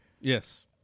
Yes